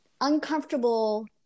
uncomfortable